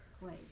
place